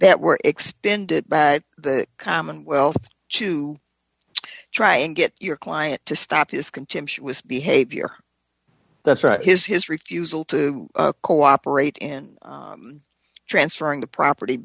that were expended by the commonwealth to try and get your client to stop his contemptuous behavior that's right his his refusal to cooperate in transferring the property